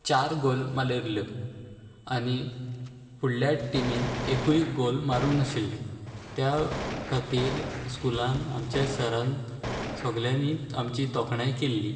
चार गोल मालेरल्ल्यो आनी फुडल्या टिमीन एकूय गोल मारूंक नाशिल्ली त्या खातीर स्कुलान आमच्या सरान सोगल्यांनी आमची तोखणाय केल्ली